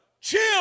Chill